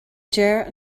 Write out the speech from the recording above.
deir